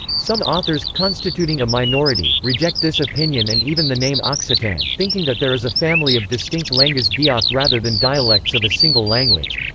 some authors, constituting a minority, reject this opinion and even the name occitan, thinking that there is a family of distinct lengas d'oc rather than dialects of a single language.